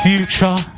Future